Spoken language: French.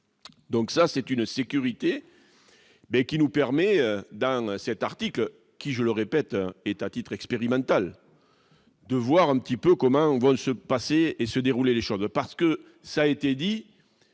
donc ça c'est une sécurité, mais qui nous permet d'atteindre cet article qui, je le répète, est à titre expérimental, de voir un petit peu commun où vont se passer et se dérouler les choses parce que ça a été dit,